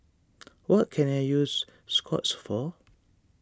what can I use Scott's for